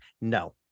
no